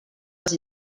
les